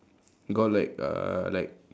got like uh like